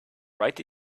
write